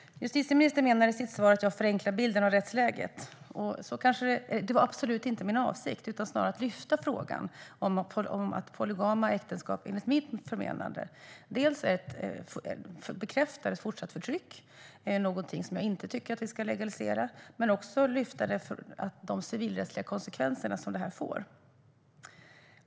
Justitieministern menar i sitt svar att jag förenklar bilden av rättsläget. Det var absolut inte min avsikt, utan jag ville snarare lyfta upp frågan om att polygama äktenskap enligt mitt förmenande bekräftar ett fortsatt förtryck och är något som vi inte ska legalisera. Jag ville också lyfta upp de civilrättsliga konsekvenserna som detta får.